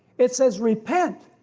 it says repent,